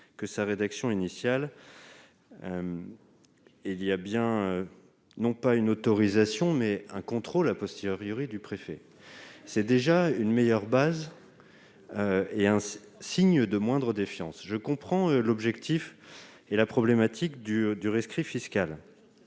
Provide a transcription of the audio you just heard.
que la rédaction initiale. Il y a bien, non pas une autorisation, mais un contrôle du préfet. C'est déjà une meilleure base et un signe de moindre défiance. Je comprends l'objectif et la problématique du rescrit fiscal.